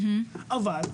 אבל,